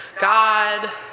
God